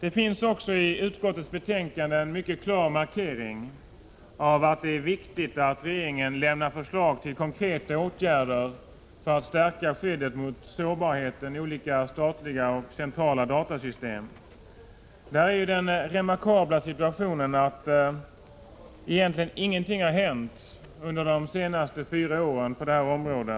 I utskottets betänkande finns det också en mycket klar markering av att det är viktigt att regeringen lämnar förslag till konkreta åtgärder för att stärka skyddet mot sårbarheten i olika statliga och centrala datasystem. Sverige är i den remarkabla situationen att egentligen ingenting har hänt på detta område under de senaste fyra åren.